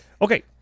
Okay